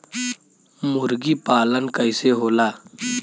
मुर्गी पालन कैसे होला?